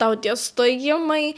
tau tie stojimai